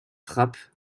frappe